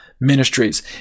Ministries